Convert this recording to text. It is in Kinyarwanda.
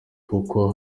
kuko